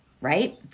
right